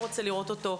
לראות אותו,